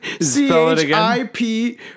C-H-I-P